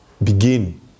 begin